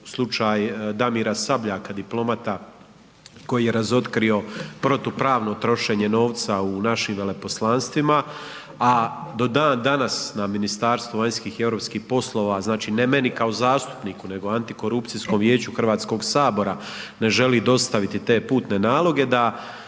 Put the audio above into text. slučaj Damira Sabljaka diplomata koji je razotkrio protupravno trošenje novca u našim veleposlanstvima, a do dan danas na Ministarstvo vanjskih i europskih poslova, znači ne meni kao zastupniku, nego Antikorupcijskom vijeću HS, ne želi dostaviti te putne naloge, da